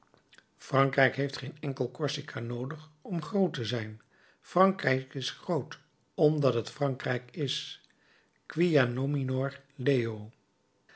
frankrijk heeft geen enkel corsica noodig om groot te zijn frankrijk is groot omdat het frankrijk is quia nominor leo